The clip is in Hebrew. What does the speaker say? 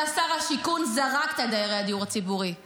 אתה, שר השיכון, זרקת את דיירי הדיור הציבורי.